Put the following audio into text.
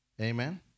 Amen